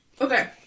Okay